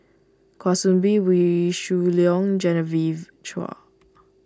Kwa Soon Bee Wee Shoo Leong Genevieve Chua